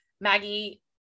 Maggie